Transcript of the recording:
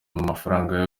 amafaranga